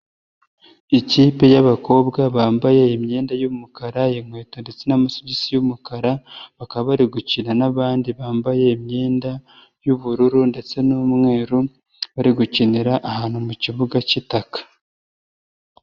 Ikipe yabakobwa bambaye imyenda y'umuka inkweto ndetse n'amasogisi y'umukara, bakaba bari gukina n'abandi bambaye imyenda y'ubururu ndetse n'umweru, bari gukinira ahantu mu kibuga cy'itaka.